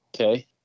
Okay